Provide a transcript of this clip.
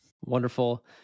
Wonderful